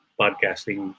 podcasting